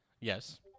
Yes